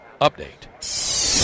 update